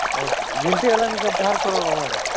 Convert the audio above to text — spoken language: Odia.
ହଉ ଯେମିତି ହେଲେ ବାହାର କରିବ ଭାରି